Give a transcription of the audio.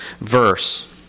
verse